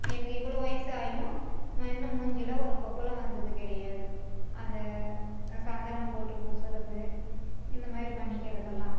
எனக்கு இவ்வளோ வயசு ஆகியும் நான் இன்னும் மூஞ்சியில ஒரு கொப்பளம் வந்தது கிடையாது அந்த சந்தனம் போட்டு பூசுகிறது இந்த மாதிரி பண்ணிக்கிறதெல்லாம்